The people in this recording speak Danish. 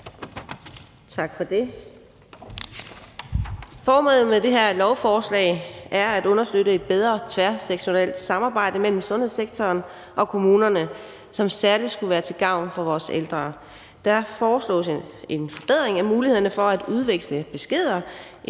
Tak for det. Formålet med det her lovforslag er at understøtte et bedre tværsektorielt samarbejde mellem sundhedssektoren og kommunerne, som særlig skulle være til gavn for vores ældre. Der foreslås en forbedring af mulighederne for at udveksle beskeder,